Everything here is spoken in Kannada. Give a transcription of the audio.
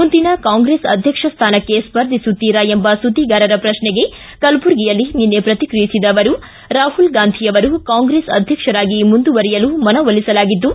ಮುಂದಿನ ಕಾಂಗ್ರೆಸ್ ಅಧ್ಯಕ್ಷ ಸ್ಥಾನಕ್ಕೆ ಸ್ಪರ್ಧಿಸುತ್ತಿರಾ ಎಂಬ ಸುದ್ದಿಗಾರರ ಪ್ರಕ್ಷೆಗೆ ಕಲಬುರಗಿಯಲ್ಲಿ ನಿನ್ನೆ ಪ್ರತಿಕ್ರಿಯಿಸಿದ ಅವರು ರಾಹುಲ್ ಗಾಂಧಿ ಅವರು ಕಾಂಗ್ರೆಸ್ ಅಧ್ಯಕ್ಷರಾಗಿ ಮುಂದುವರಿಯಲು ಮನವೊಲಿಸಲಾಗಿದ್ದು